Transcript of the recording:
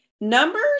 Numbers